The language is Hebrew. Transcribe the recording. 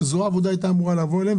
שזו העבודה שהייתה אמורה להגיע אליהם,